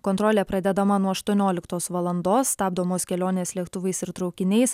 kontrolė pradedama nuo aštuonioliktos valandos stabdomos kelionės lėktuvais ir traukiniais